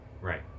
right